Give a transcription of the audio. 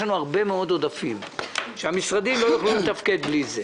יש לנו הרבה מאוד עודפים שהמשרדים לא יודעים לתפקד בלעדיהם.